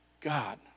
God